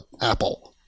Apple